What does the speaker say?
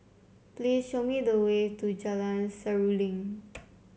please show me the way to Jalan Seruling